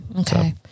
Okay